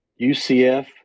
UCF